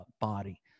body